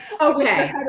Okay